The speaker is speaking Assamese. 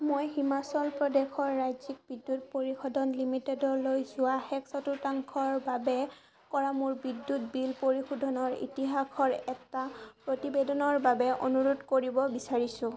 মই হিমাচল প্ৰদেশ ৰাজ্যিক বিদ্যুৎ পৰিষদন লিমিটেডলৈ যোৱা শেষ চতুৰ্থাংশৰ বাবে কৰা মোৰ বিদ্যুৎ বিল পৰিশোধনৰ ইতিহাসৰ এটা প্ৰতিবেদনৰ বাবে অনুৰোধ কৰিব বিচাৰিছোঁ